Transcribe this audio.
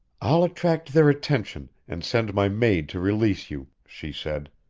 i'll attract their attention, and send my maid to release you, she said.